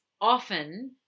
often